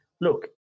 look